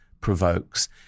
provokes